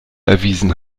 erwiesen